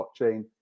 blockchain